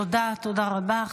תודה רבה.